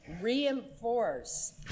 reinforce